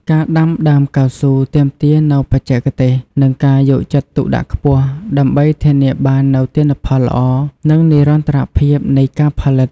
ការដាំដើមកៅស៊ូទាមទារនូវបច្ចេកទេស និងការយកចិត្តទុកដាក់ខ្ពស់ ដើម្បីធានាបាននូវទិន្នផលល្អ និងនិរន្តរភាពនៃការផលិត។